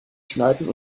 schneiden